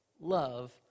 love